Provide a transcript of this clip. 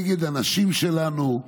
נגד הנשים שלנו,